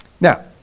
Now